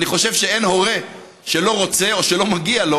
אני חושב שאין הורה שלא רוצה או שלא מגיע לו